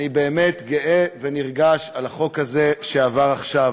אני באמת גאה ונרגש על החוק הזה, שעבר עכשיו.